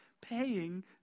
paying